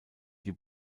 die